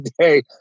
today